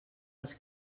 els